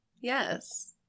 yes